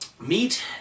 Meat